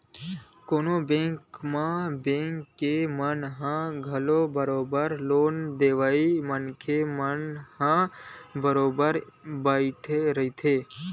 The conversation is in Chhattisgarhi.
कोनो बेंक म बेंक के मन ह घलो बरोबर लोन देवइया मनखे मन ह बरोबर बइठे रहिथे